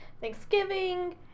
thanksgiving